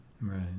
right